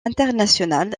international